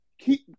keep